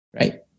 right